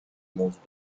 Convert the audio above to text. موضوع